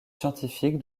scientifique